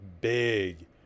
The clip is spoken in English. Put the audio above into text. big